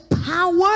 power